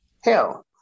Hell